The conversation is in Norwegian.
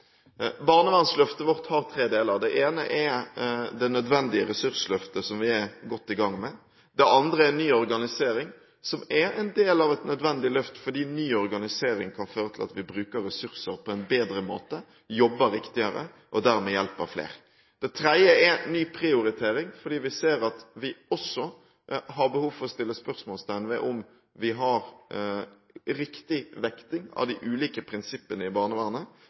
Barnevernsløftet vårt har tre deler. Det ene er det nødvendige ressursløftet, som vi er godt i gang med. Det andre er ny organisering, som er en del av et nødvendig løft fordi ny organisering kan føre til at vi bruker ressurser på en bedre måte, at vi jobber riktigere og dermed hjelper flere. Det tredje er ny prioritering, for vi ser at vi også har behov for å sette spørsmålstegn ved om vi har riktig vekting av de ulike prinsippene i barnevernet,